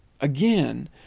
again